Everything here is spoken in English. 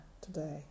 today